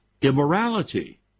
immorality